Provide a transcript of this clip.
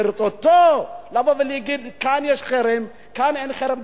ברצותו להגיד, כאן יש חרם, כאן אין חרם.